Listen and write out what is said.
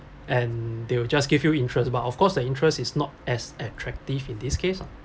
and they will just give you interests but of course the interest is not as attractive in this case